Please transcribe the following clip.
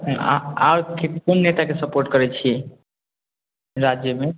अहाँ आर कोन नेताके सपोर्ट करै छियै राज्यमे